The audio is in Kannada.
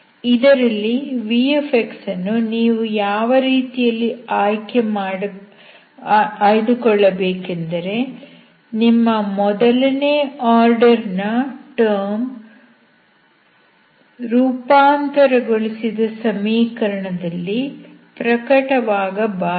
ಇದರಲ್ಲಿ v ಅನ್ನು ನೀವು ಯಾವ ರೀತಿಯಲ್ಲಿ ಆಯ್ದುಕೊಳ್ಳಬೇಕೆಂದರೆ ನಿಮ್ಮ ಮೊದಲನೇ ಆರ್ಡರ್ ನ ಟರ್ಮ್ ರೂಪಾಂತರಗೊಳಿಸಿದ ಸಮೀಕರಣದಲ್ಲಿ ಪ್ರಕಟವಾಗಬಾರದು